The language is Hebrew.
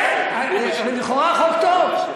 כן, לכאורה חוק טוב.